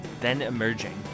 Then-emerging